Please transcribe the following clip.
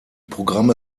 programme